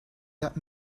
let